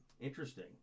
Interesting